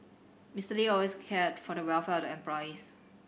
Mister Lee always cared for the welfare of the employees